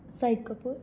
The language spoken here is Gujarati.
સાહિત કપૂર